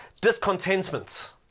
discontentment